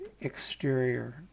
exterior